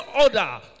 order